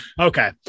okay